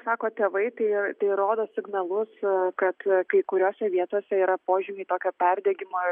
sako tėvai tai tai rodo signalus kad kai kuriose vietose yra požymiai tokio perdegimo